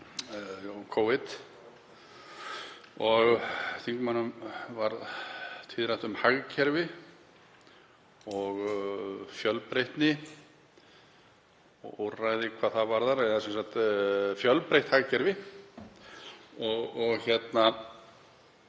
Hv. þingmanni varð tíðrætt um hagkerfi og fjölbreytni og úrræði hvað það varðar eða fjölbreytt hagkerfi. Það